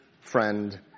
friend